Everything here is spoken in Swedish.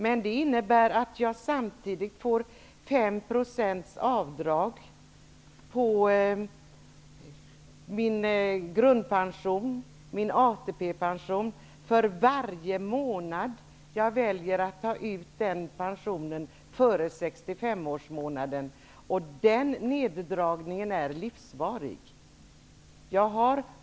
Men det innebär att man samtidigt får 5 % avdrag på sin grundpension, på sin ATP-pension, för varje månad man väljer att ta ut den pensionen före den månad man fyller 65 år. Den neddragningen varar hela livet.